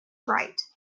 bright